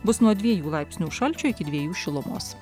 bus nuo dviejų laipsnių šalčio iki dviejų šilumos